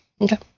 Okay